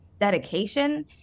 dedication